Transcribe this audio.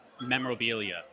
memorabilia